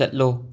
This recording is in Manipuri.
ꯆꯠꯂꯣ